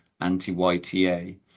anti-YTA